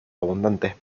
abundantes